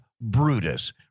Brutus